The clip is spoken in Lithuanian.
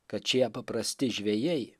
kad šie paprasti žvejai